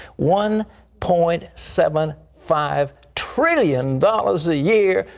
one point seven five trillion dollars a year.